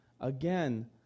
Again